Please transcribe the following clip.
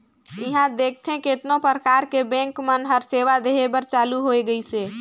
इहां देखथे केतनो परकार के बेंक मन हर सेवा देहे बर चालु होय गइसे